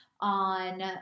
on